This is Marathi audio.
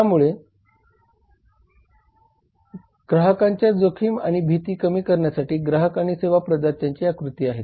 त्यामुळे ग्राहकांच्या जोखीम आणि भीती कमी करण्यासाठी ग्राहक आणि सेवा प्रदात्यांच्या या कृती आहेत